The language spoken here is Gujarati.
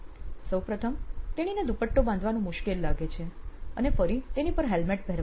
સોપ્રથમ તેણીને દુપટ્ટો બાંધવાનું મુશ્કેલ લાગે છે અને ફરી તેની પર હેલ્મેટ પહેરવાનું